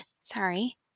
sorry